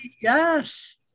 Yes